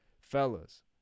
fellas